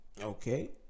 okay